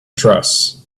dress